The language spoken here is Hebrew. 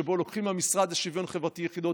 שבו לוקחים מהמשרד לשוויון חברתי יחידות,